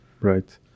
right